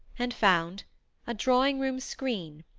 and found a drawing-room screen,